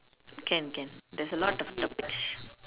can can there's a lot of topics